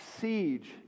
Siege